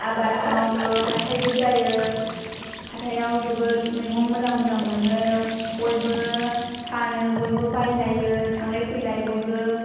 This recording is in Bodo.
आबाद मावो हाथाइबो जायो हाथायाव जोबोद मैगं मोजां मोजां मोनो बयबो फानो बयबो बायलायो थांलाय फैलाय बयबो